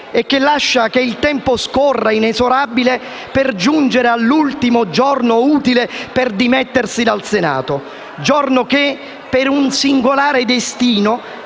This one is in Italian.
e che lascia che il tempo scorra inesorabile per giungere all'ultimo giorno utile per dimettersi dal Senato; giorno che per, un singolare destino,